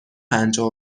پنجاه